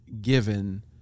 given